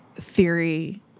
theory